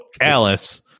Alice